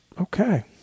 okay